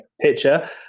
picture